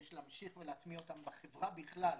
יש להמשיך להטמיע אותן בחברה בכלל.